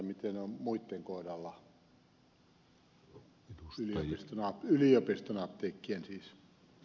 miten on muitten yliopiston apteekkien kohdalla